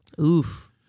Oof